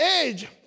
age